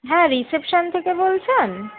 হ্যাঁ রিসেপশান থেকে বলছেন